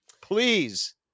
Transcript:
please